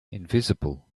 invisible